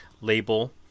label